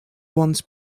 once